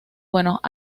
buenos